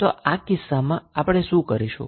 તો આ કિસ્સામાં આપણે શું કરીશું